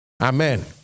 Amen